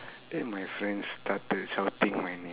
then my friend started shouting my name